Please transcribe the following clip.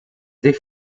des